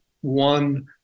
one